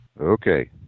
Okay